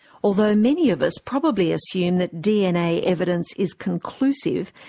although many of us probably assume that dna evidence is conclusive,